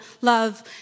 love